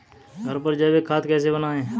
घर पर जैविक खाद कैसे बनाएँ?